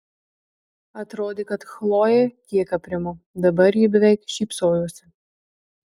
atrodė kad chlojė kiek aprimo dabar ji beveik šypsojosi